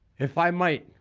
if i might,